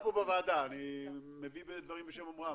זה עלה פה בוועדה, אני מביא דברים בשם אומרם.